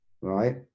right